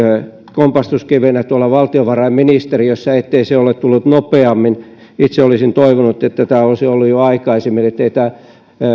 kompastuskivenä tuolla valtiovarainministeriössä ettei se ole tullut nopeammin itse olisin toivonut että tämä olisi ollut jo aikaisemmin ettei tämä asia